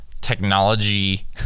technology